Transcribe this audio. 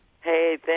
hey